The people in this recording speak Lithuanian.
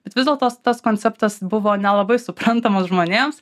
bet vis dėl tos tas konceptas buvo nelabai suprantamas žmonėms